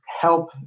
help